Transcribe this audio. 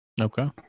Okay